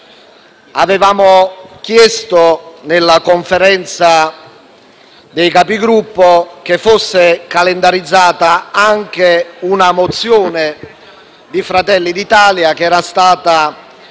Avevamo chiesto, in Conferenza dei Capigruppo, che fosse calendarizzata anche una mozione di Fratelli d'Italia che era stata